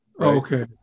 Okay